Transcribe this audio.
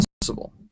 possible